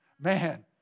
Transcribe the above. Man